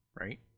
right